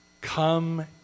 Come